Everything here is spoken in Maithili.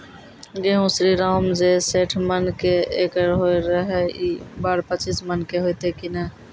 गेहूँ श्रीराम जे सैठ मन के एकरऽ होय रहे ई बार पचीस मन के होते कि नेय?